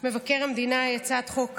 מבקר המדינה היא הצעת חוק